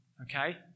okay